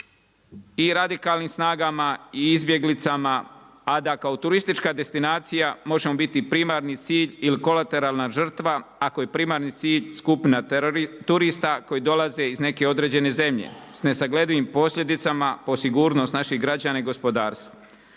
i radikalnim snagama i izbjeglicama, a da kao turistička destinacija možemo biti primarni cilj ili kolateralna žrtva, ako je primarni cilj skupina turista koji dolaze iz neke određene zemlje s nesagledivim posljedicama o sigurnost naših građana i gospodarstva.